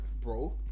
bro